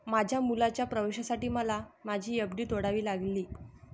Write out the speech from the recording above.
माझ्या मुलाच्या प्रवेशासाठी मला माझी एफ.डी तोडावी लागली